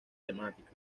temática